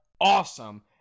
awesome